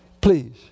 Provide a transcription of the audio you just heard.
Please